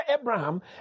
Abraham